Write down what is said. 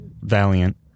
valiant